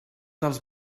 dels